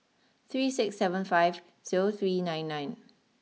three six seven five zero three nine nine